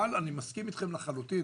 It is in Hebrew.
אבל אני מסכים אתכם לחלוטין,